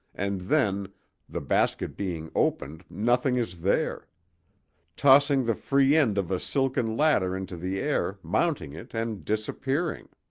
and then the basket being opened nothing is there tossing the free end of a silken ladder into the air, mounting it and disappearing.